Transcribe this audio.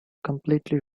completely